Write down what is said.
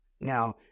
Now